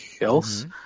else